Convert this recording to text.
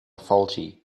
faulty